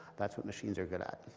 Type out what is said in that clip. that's what machines are good at.